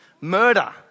murder